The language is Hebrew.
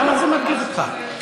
למה זה מרגיז אותך?